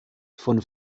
von